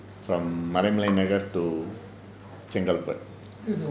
from maraimalai nagar to chengalpet